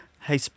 Hey